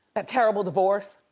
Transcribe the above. a terrible divorce.